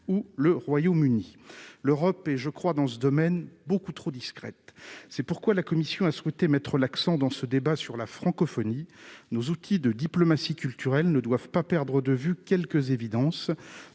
ou le Royaume-Uni, l'Europe et je crois dans ce domaine beaucoup trop discrète, c'est pourquoi la Commission a souhaité mettre l'accent dans ce débat sur la francophonie nos outils de diplomatie culturelle ne doivent pas perdre de vue quelques évidences